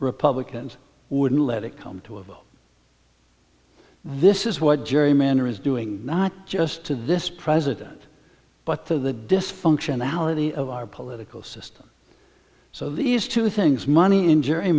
republicans wouldn't let it come to a vote this is what gerrymander is doing not just to this president but through the dysfunctionality of our political system so these two things money injur